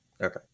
Okay